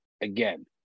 again